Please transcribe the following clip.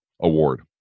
award